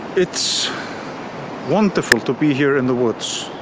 it's wonderful to be here in the woods.